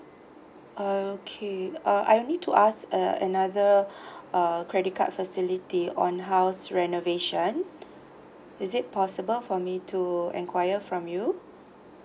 okay uh I'll need to ask a another uh credit card facility on house renovation is it possible for me to enquire from you